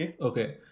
Okay